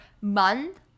month